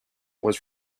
was